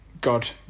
God